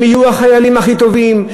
הם יהיו החיילים הכי טובים,